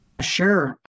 Sure